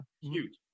Huge